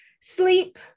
sleep